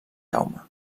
jaume